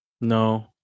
no